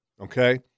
okay